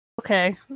Okay